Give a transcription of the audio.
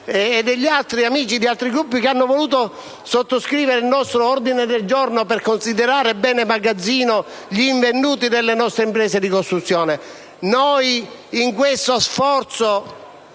e degli amici degli altri Gruppi che hanno voluto sottoscrivere il nostro ordine del giorno volto a considerare bene magazzino gli invenduti delle nostre imprese di costruzione. In questo sforzo